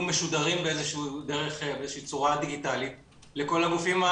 משודרים באיזושהי שורה דיגיטלית לכל הגופים,